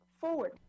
forward